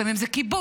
לפעמים זה כיבוש,